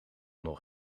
nog